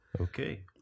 Okay